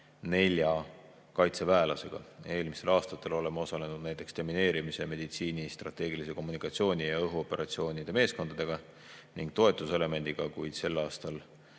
24 kaitseväelasega. Eelmistel aastatel oleme osalenud näiteks demineerimis‑, meditsiini‑, strateegilise kommunikatsiooni ja õhuoperatsioonide meeskondadega ning toetuselemendiga, kuid sel aastal